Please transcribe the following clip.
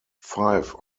five